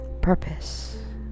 purpose